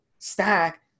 stack